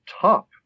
top